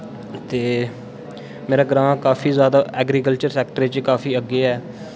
ते मेरा ग्रां काफी जादा एग्रीकल्चर सेक्टर च काफी अग्गे ऐ